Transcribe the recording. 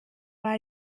war